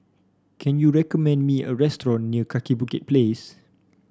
can you recommend me a restaurant near Kaki Bukit Place